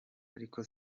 ariko